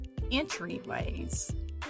Entryways